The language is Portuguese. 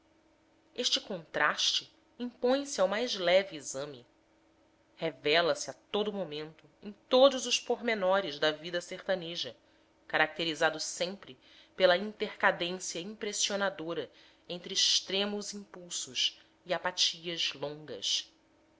este contraste impõe se ao mais leve exame revela-se a todo o momento em todos os pormenores da vida sertaneja caracterizado sempre pela intercadência impressionadora entre extremos impulsos e apatias longas